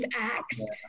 acts